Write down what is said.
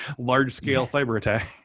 large-scale cyber attack.